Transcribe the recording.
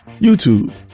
YouTube